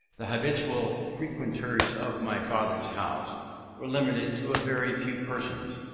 the habitual frequenters of my father's house were limited to a very few persons,